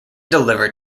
delivered